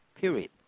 period